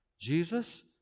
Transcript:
Jesus